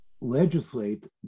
legislate